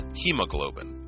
hemoglobin